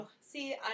See